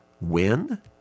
win